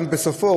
גם בסופו,